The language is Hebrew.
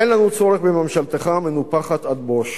אין לנו צורך בממשלתך המנופחת עד בוש,